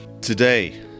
Today